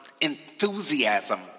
enthusiasm